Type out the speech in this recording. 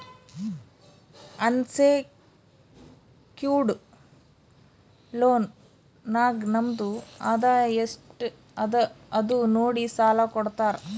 unsecured loan ನಾಗ್ ನಮ್ದು ಆದಾಯ ಎಸ್ಟ್ ಅದ ಅದು ನೋಡಿ ಸಾಲಾ ಕೊಡ್ತಾರ್